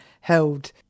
held